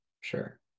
sure